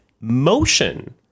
motion